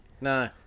No